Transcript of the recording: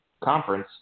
conference